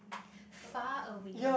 far away